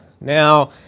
Now